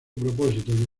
propósito